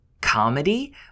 comedy